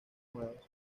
nuevas